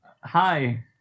Hi